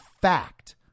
fact